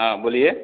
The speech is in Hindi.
हाँ बोलिए